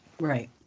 Right